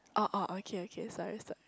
oh oh okay okay sorry sorry